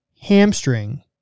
hamstring